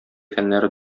фәннәре